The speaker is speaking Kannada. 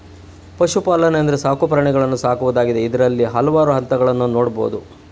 ಪಶುಪಾಲನೆ ಅಂದ್ರೆ ಸಾಕು ಪ್ರಾಣಿಗಳನ್ನು ಸಾಕುವುದಾಗಿದೆ ಇದ್ರಲ್ಲಿ ಹಲ್ವಾರು ಹಂತಗಳನ್ನ ನೋಡ್ಬೋದು